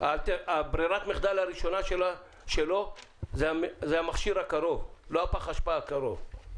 ברירת המחדל הראשונה שלו הוא המכשיר הקרוב ולא פח אשפה הקרוב.